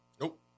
Nope